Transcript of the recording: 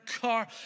car